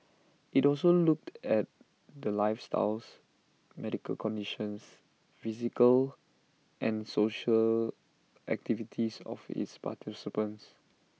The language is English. IT also looked at the lifestyles medical conditions physical and social activities of its participants